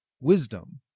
wisdom